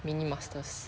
mini masters